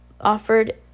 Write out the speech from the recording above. offered